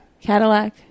Cadillac